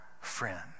friend